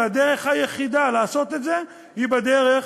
והדרך היחידה לעשות את זה היא בדרך,